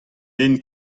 den